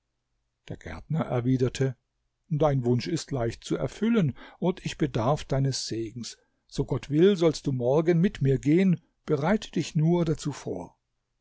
der gärtner erwiderte dein wunsch ist leicht zu erfüllen und ich bedarf deines segens so gott will sollst du morgen mit mir gehen bereite dich nur dazu vor